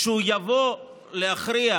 כשהוא יבוא להכריע,